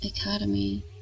academy